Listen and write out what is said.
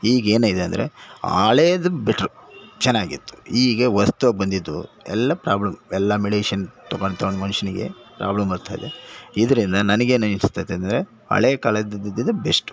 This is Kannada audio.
ಈಗ ಏನು ಇದೆ ಅಂದರೆ ಹಳೇದು ಬಿಟ್ಟರು ಚೆನ್ನಾಗಿತ್ತು ಈಗ ಹೊಸ್ತಾಗಿ ಬಂದಿದ್ದು ಎಲ್ಲ ಪ್ರಾಬ್ಲಮ್ ಎಲ್ಲ ಮೆಡಿಷನ್ ತೊಗೊಂಡು ತೊಗೊಂಡು ಮನುಷ್ಯನಿಗೆ ಪ್ರಾಬ್ಲಮ್ ಬರ್ತಾಯಿದೆ ಇದರಿಂದ ನನಗೇನಸ್ತೈತೆ ಅಂದರೆ ಹಳೆ ಕಾಲದಿದ್ದಿದ್ದೆ ಬೆಸ್ಟು